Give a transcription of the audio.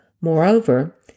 Moreover